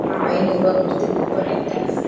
ஐந்நூறுரூபா கொடுத்து புக் பண்ணியிருந்தேன்